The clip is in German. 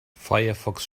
firefox